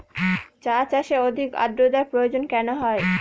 চা চাষে অধিক আদ্রর্তার প্রয়োজন কেন হয়?